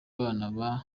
abana